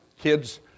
kids